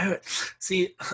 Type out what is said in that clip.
See